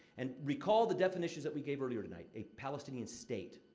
and recall the definitions that we gave earlier tonight a palestinian state.